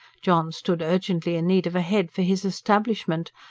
john stood urgently in need of a head for his establishment,